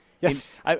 Yes